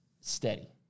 steady